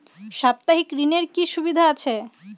সাপ্তাহিক ঋণের কি সুবিধা আছে?